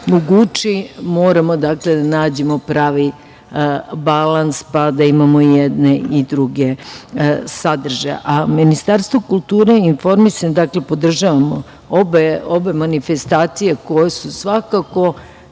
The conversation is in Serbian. Moramo, dakle, da nađemo pravi balans, pa da imamo i jedne i druge sadržaje. Ministarstvo kulture i informisanja podržava obe manifestacije, koje su svakako